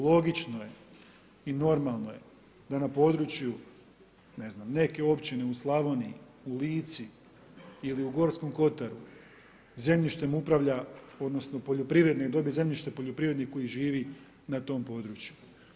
Logično je i normalno je da na području, ne znam, neke općine u Slavoniji, u Lici i li u Gorskom Kotaru, zemljištem upravlja odnosno, poljoprivredne … zemljište, poljoprivrednik koji živi na tom području.